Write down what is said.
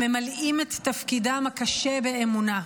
הממלאים את תפקידם הקשה באמונה,